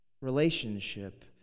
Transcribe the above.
relationship